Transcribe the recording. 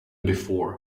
before